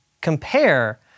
compare